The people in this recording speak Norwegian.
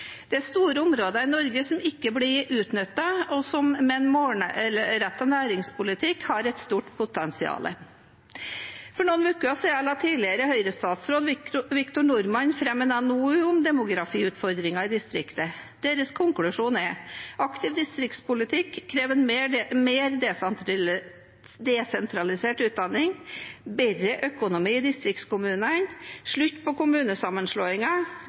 Det er store områder i Norge som ikke blir utnyttet, og som med en målrettet næringspolitikk har et stort potensial. For noen uker siden la tidligere Høyre-statsråd Victor Norman fram en NOU om demografiutfordringer i distriktene. Deres konklusjon er: Aktiv distriktspolitikk krever mer desentralisert utdanning, bedre økonomi i distriktskommunene, slutt på